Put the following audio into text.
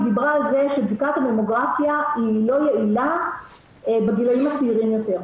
היא דיברה על כך שבדיקת הממוגרפיה לא יעילה בגילאים הצעירים יותר.